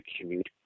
commute